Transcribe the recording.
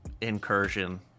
incursion